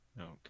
Okay